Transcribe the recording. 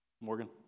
Morgan